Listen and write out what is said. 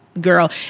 girl